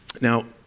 Now